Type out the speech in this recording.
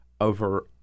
over